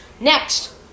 Next